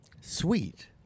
Sweet